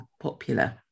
popular